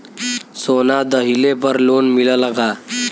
सोना दहिले पर लोन मिलल का?